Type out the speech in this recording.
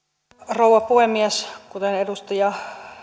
rouva puhemies kuten edustaja